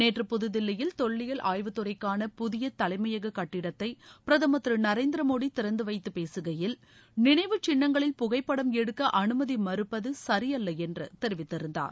நேற்று புதுதில்லியில் தொல்லியல் ஆய்வுத்துறைக்கான புதிய தலைமையக கட்டிடத்தை பிரதமர் திரு நரேந்திர மோடி திறந்து வைத்து பேககையில் நினைவுச் சின்னங்களில் புகைப்படம் எடுக்க அனுமதி மறுப்பது சரியல்ல என்று தெரிவித்திருந்தார்